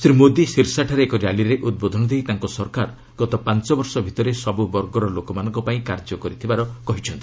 ଶ୍ରୀ ମୋଦି ସୀର୍ସା ଠାରେ ଏକ ର୍ୟାଲିରେ ଉଦ୍ବୋଧନ ଦେଇ ତାଙ୍କ ସରକାର ଗତ ପାଞ୍ଚ ବର୍ଷ ଭିତରେ ସବୁ ବର୍ଗର ଲୋକମାନଙ୍କ ପାଇଁ କାର୍ଯ୍ୟ କରିଥିବାର କହିଛନ୍ତି